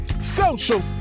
social